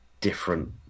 different